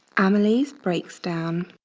amylase breaks down